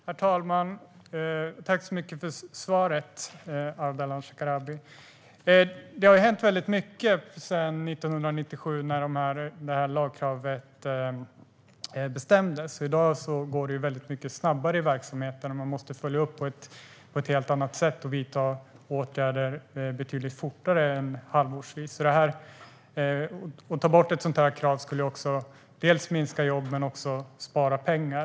Herr talman! Jag tackar Ardalan Shekarabi för svaret. Det har hänt väldigt mycket sedan 1997 då det fattades beslut om detta lagkrav. I dag går det så mycket snabbare i verksamheterna, och man måste följa upp på ett helt annat sätt och vidta åtgärder betydligt fortare än halvårsvis. Att ta bort ett sådant krav skulle minska jobben och spara pengar.